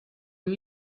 amb